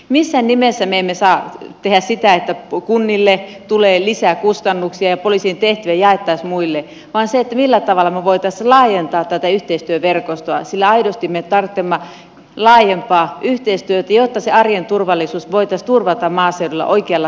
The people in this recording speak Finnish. missään nimessä me emme saa tehdä sitä että kunnille tulee lisäkustannuksia ja poliisien tehtäviä jaettaisiin muille vaan tulisi selvittää millä tavalla me voisimme laajentaa tätä yhteistyöverkostoa sillä aidosti me tarvitsemme laajempaa yhteistyötä jotta se arjen turvallisuus voitaisiin turvata maaseudulla oikealla tavalla